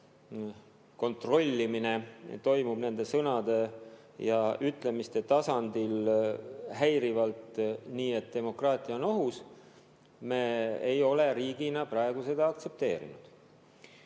kontrollimine toimuks nende sõnade ja ütlemiste tasandil häirivalt nii, et demokraatia oleks ohus, ei ole me riigina praegu seda [direktiivi]